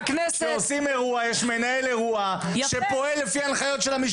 כשעושים אירוע יש מנהל אירוע שפועל לפי הנחיות של המשטרה.